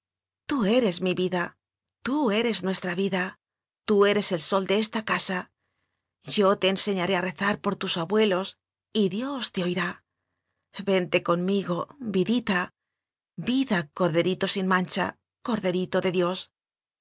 tú eres mi vida tú eres nuestra vida tú eres el sol de esta casa yo te enseñaré a rezar por tus abuelos y dios te oirá vente conmigo vidita vida corderito sin mancha corderito de dios